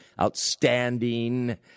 Outstanding